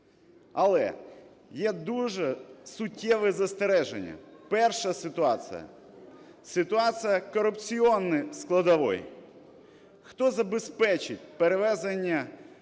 Але є дуже суттєві застереження. Перша ситуація – ситуація корупційної складової. Хто забезпечить перевезення по